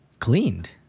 cleaned